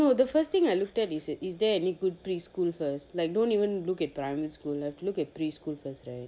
no the first thing I looked at is is there any good preschool first like don't even look at primary school I look at preschool first right